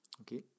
Okay